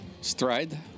stride